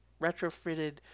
retrofitted